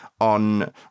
on